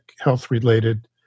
health-related